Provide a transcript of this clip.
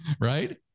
Right